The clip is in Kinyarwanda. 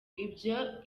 ibyo